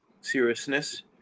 seriousness